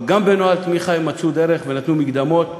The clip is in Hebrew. אבל גם בנוהל תמיכה הם מצאו דרך ונתנו מקדמות.